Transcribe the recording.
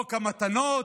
חוק המתנות.